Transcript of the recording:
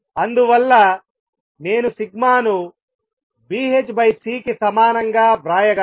అందువల్ల నేను సిగ్మాను Bhc కి సమానంగా వ్రాయగలను